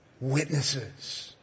witnesses